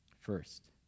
first